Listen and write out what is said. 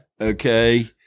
Okay